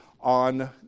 on